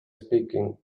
speaking